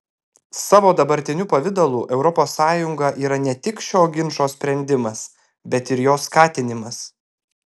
savo dabartiniu pavidalu europos sąjunga yra ne tik šio ginčo sprendimas bet ir jo skatinimas